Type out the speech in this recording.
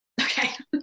Okay